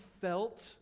felt